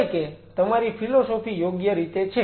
સિવાય કે તમારી ફિલોસોફી યોગ્ય રીતે છે